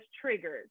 triggered